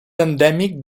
endèmic